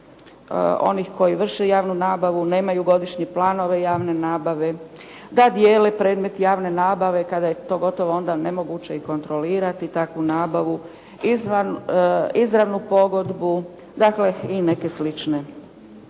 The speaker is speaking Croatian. onih koji vrše javnu nabavu nemaju godišnje planove javne nabave, da dijele predmet javne nabave kada je to gotovo onda nemoguće kontrolirati takvu nabavu izvan, izravnu pogodbu, dakle, i neke slične